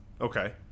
Okay